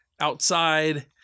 outside